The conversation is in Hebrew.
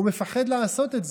הוא מפחד לעשות את זה,